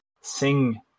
Sing